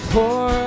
Pour